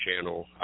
channel